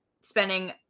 spending